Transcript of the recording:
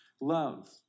love